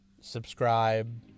subscribe